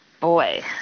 boy